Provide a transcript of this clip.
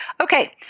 Okay